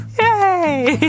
Yay